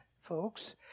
folks